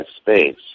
space